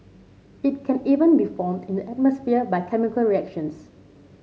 it can even be formed in the atmosphere by chemical reactions